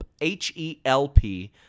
H-E-L-P